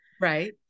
right